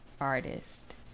artist